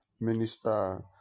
minister